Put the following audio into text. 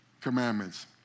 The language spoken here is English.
Commandments